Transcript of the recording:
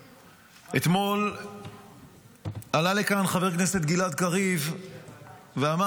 אתמול עלה לכאן חבר הכנסת גלעד קריב ואמר,